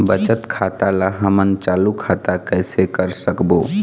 बचत खाता ला हमन चालू खाता कइसे कर सकबो?